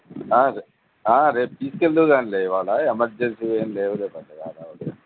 రేపు తీసుకెలుదువు కానీ ఇవాళ ఎమర్జెన్సీ ఏం లేవులే పెద్దగా హడావిడి